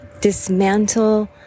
Dismantle